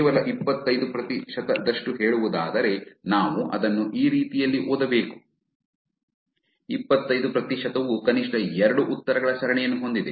ಕೇವಲ ಇಪ್ಪತ್ತೈದು ಪ್ರತಿಶತದಷ್ಟು ಹೇಳುವುದಾದರೆ ನಾವು ಅದನ್ನು ಆ ರೀತಿಯಲ್ಲಿ ಓದಬೇಕು ಇಪ್ಪತ್ತೈದು ಪ್ರತಿಶತವು ಕನಿಷ್ಠ ಎರಡು ಉತ್ತರಗಳ ಸರಣಿಯನ್ನು ಹೊಂದಿದೆ